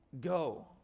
go